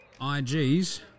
IGs